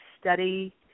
study